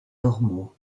ormeaux